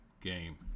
game